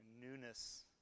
newness